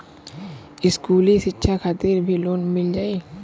इस्कुली शिक्षा खातिर भी लोन मिल जाई?